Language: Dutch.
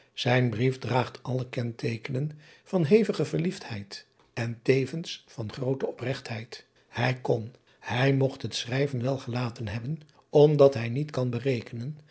ijn brief draagt alle kenteekenen van hevige verliefdheid en tevens van groote opregtheid ij kon hij mogt het schrijven wel gelaten hebben omdat hij niet kan berekenen